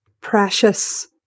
precious